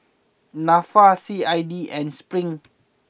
Nafa C I D and Spring